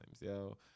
yo